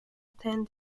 attend